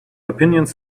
opinions